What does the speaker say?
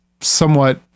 somewhat